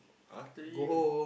after this